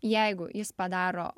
jeigu jis padaro